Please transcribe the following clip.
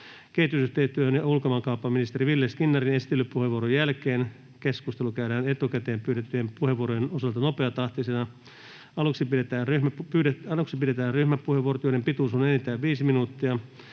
Kehitysyhteistyö- ja ulkomaankauppaministeri Ville Skinnarin esittelypuheenvuoron jälkeen keskustelu käydään etukäteen pyydettyjen puheenvuorojen osalta nopeatahtisena. Aluksi pidetään ryhmäpuheenvuorot, joiden pituus on enintään 5 minuuttia.